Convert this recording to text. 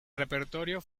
repertorio